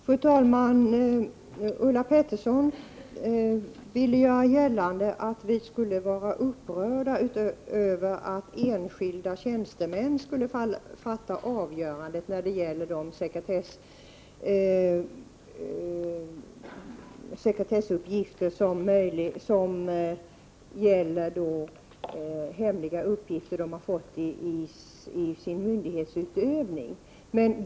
Fru talman! Ulla Pettersson ville göra gällande att vi skulle vara upprörda över att enskilda tjänstemän skulle fatta avgörandet när det gäller hemliga uppgifter som man fått vid sin myndighetsutövning.